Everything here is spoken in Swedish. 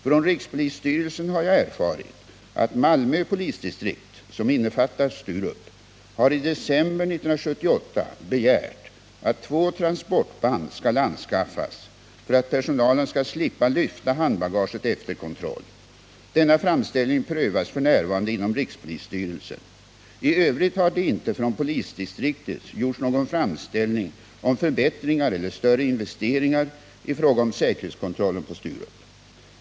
Från rikspolisstyrelsen har jag erfarit att Malmö polisdistrikt, som innefattar Sturup, har i december 1978 begärt att två transportband skall anskaffas för att personalen skall slippa lyfta handbagaget efter kontroll. Denna framställning prövas f. n. inom rikspolisstyrelsen. I övrigt har det inte från polisdistriktet gjorts någon framställning om förbättringar eller större investeringar i fråga om säkerhetskontrollen på Sturup.